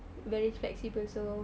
very flexible so